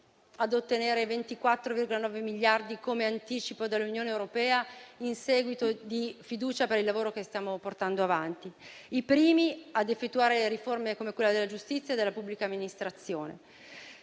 a ottenere 24,9 miliardi come anticipo dall'Unione europea in segno di fiducia per il lavoro che stiamo portando avanti e i primi a effettuare riforme come quella della giustizia e della pubblica amministrazione;